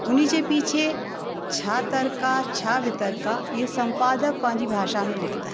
उन्हीअ जे पीछे छा तर्क आहे छा वितर्क आहे इहे सम्पादक पंहिंजी भाषा में लिखंदा आहिनि